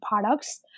products